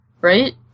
Right